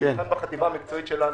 זה נבחן כרגע בחטיבה המקצועית שלנו.